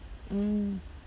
mm